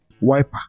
wiper